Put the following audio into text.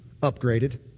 Upgraded